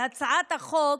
על הצעת החוק,